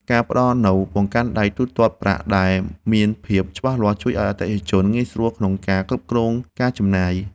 ការផ្ដល់នូវបង្កាន់ដៃទូទាត់ប្រាក់ដែលមានភាពច្បាស់លាស់ជួយឱ្យអតិថិជនងាយស្រួលក្នុងការគ្រប់គ្រងការចំណាយ។